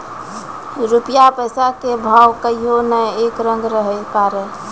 रूपया पैसा के भाव कहियो नै एक रंग रहै पारै